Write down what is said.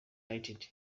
united